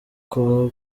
col